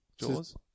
Jaws